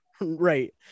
right